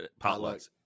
potlucks